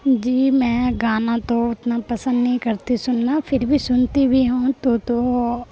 جی میں گانا تو اتنا پسند نہیں کرتی سننا پھر بھی سنتی بھی ہوں تو تو